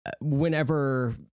whenever